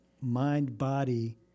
mind-body